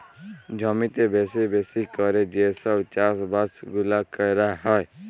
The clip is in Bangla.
জমিতে বেশি বেশি ক্যরে যে সব চাষ বাস গুলা ক্যরা হ্যয়